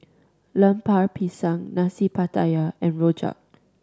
Lemper Pisang Nasi Pattaya and rojak